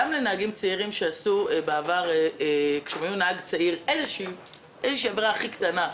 גם נהגים צעירים שעשו את העבירה הכי קטנה,